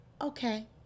Okay